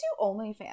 OnlyFans